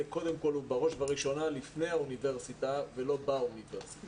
קודם כל ובראש ובראשונה לפני האוניברסיטה ולא באוניברסיטה.